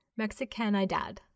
Mexicanidad